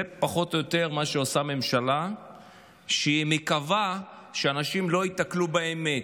זה פחות או יותר מה שעושה ממשלה שמקווה שאנשים לא ייתקלו באמת.